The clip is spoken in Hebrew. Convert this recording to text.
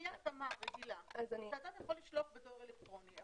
פניה רגילה שאתה יכול לשלוח בדואר אלקטרוני.